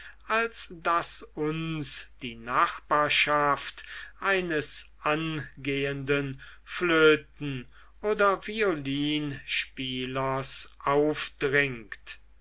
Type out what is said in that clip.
als das uns die nachbarschaft eines angehenden flöten oder violinspielers aufdringt